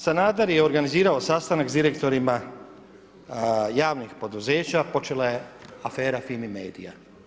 Sanader je organizirao sastanak s direktorima javnih poduzeća, počela je afera FIMI MEDIA.